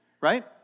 Right